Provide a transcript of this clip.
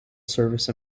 service